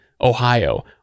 Ohio